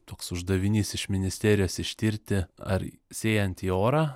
toks uždavinys iš ministerijos ištirti ar sėjant į orą